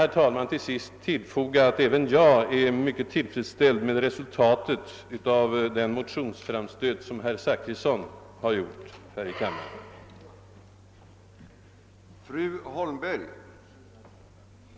Jag vill till sist gärna tillfoga att även jag är mycket tillfredsställd med resultatet av den motionsframstöt, som herr Zachrisson gjort här i kammaren, rörande det s.k. lekmannainslaget i medicinalväsendets ansvarsnämnd.